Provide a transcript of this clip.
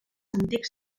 antics